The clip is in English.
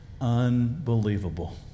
unbelievable